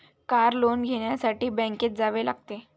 car loan घेण्यासाठी बँकेत जावे लागते